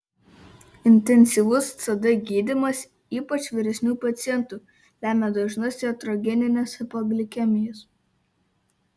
intensyvus cd gydymas ypač vyresnių pacientų lemia dažnas jatrogenines hipoglikemijas